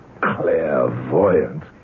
Clairvoyant